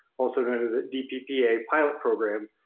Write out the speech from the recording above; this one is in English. also known as the dppa pilot program,